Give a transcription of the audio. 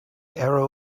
error